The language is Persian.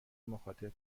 مخاطب